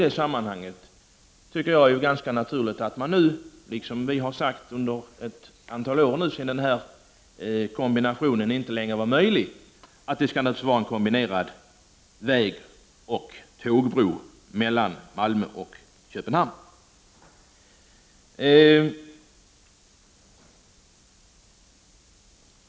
Eftersom paketet inte är möjligt att genomföra tycker vi, såsom vi har sagt under ett antal år, att man skall bygga en kombinerad biloch tågbro mellan Malmö och Köpenhamn.